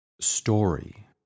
story